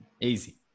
Easy